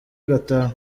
agataha